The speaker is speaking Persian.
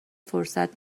فرصت